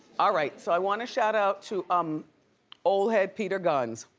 alright, so i wanna shout out to um old head peter gunz.